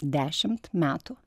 dešimt metų